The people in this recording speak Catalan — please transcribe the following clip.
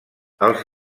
els